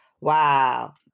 Wow